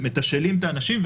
מתשאלים את האנשים.